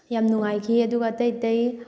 ꯌꯥꯝ ꯅꯨꯡꯉꯥꯏꯈꯤ ꯑꯗꯨꯒ ꯑꯇꯩ ꯑꯇꯩ